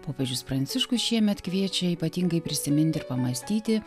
popiežius pranciškus šiemet kviečia ypatingai prisiminti ir pamąstyti